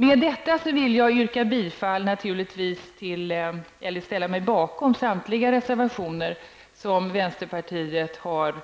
Med detta vill jag ställa mig bakom samtliga de reservationer som vänsterpartiet har